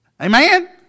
Amen